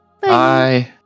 Bye